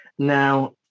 Now